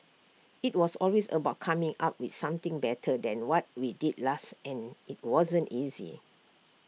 IT was always about coming up with something better than what we did last and IT wasn't easy